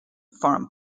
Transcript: foreign